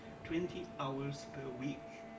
twenty hours per week.